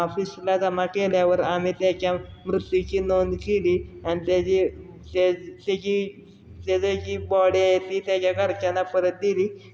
ऑफिसला जमा केल्यावर आम्ही त्याच्या मृत्यूची नोंद केली आणि त्याची त्याची त्याची जी बॉडी आहे ती त्याच्या घरच्यांना परत दिली